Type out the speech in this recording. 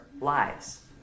lives